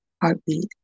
heartbeat